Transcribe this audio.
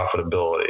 profitability